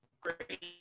great